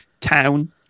town